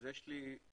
יש לי בקשה-שאלה: